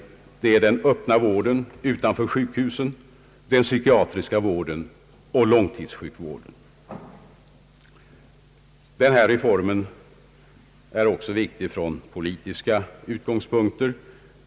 Det är den öppna vården utanför sjukhusen, den psykiatriska vården och långtidssjukvården. Reformen är viktig också från politiska utgångspunkter.